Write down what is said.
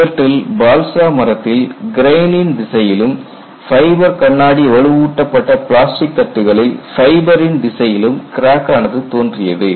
இவற்றில் பால்சா மரத்தில் கிரைன் இன் திசையிலும் ஃபைபர் கண்ணாடி வலுவூட்டப்பட்ட பிளாஸ்டிக் தட்டுகளில் ஃபைபர் திசையிலும் கிராக் ஆனது தோன்றியது